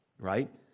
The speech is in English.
right